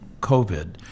COVID